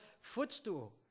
footstool